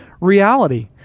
reality